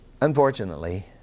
Unfortunately